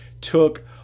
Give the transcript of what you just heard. took